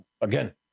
again